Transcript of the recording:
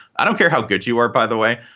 i don't care how good you are, by the way.